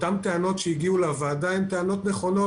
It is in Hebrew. אותן טענות שהגיעו לוועדה הן נכונות,